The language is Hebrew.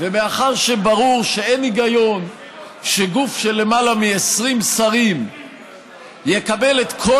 ומאחר שברור שאין היגיון שגוף של למעלה מ-20 שרים יקבל את כל